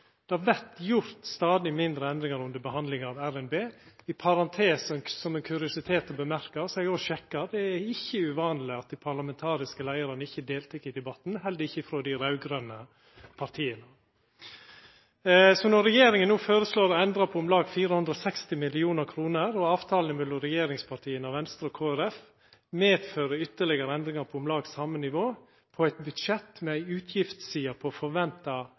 Det vert gjort stadig mindre endringar under behandlinga av RNB. I parentes, og som ein kuriositet å nemna, har eg òg sjekka at det ikkje er uvanleg at dei parlamentariske leiarane ikkje deltek i debatten, heller ikkje frå dei raud-grøne partia. Når regjeringa no føreslår å endra på om lag 460 mill. kr og avtalen mellom regjeringspartia og Venstre og Kristeleg Folkeparti medfører ytterlegare endringar på om lag same nivå – på eit budsjett med ei utgiftsside på forventa